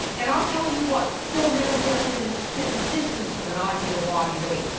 and i'll tell you what, they'll never get within spitting distance of an ideal body weight,